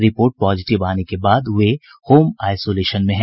report positive आने के बाद वे होम आइसोलेशन में हैं